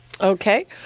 Okay